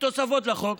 תוספות לחוק,